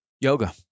yoga